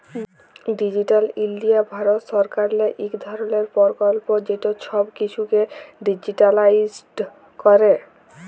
digital India ভারত সরকারেরলে ইক ধরলের পরকল্প যেট ছব কিছুকে ডিজিটালাইস্ড ক্যরে